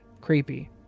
creepy